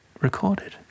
recorded